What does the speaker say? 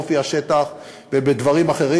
באופי השטח ובדברים אחרים.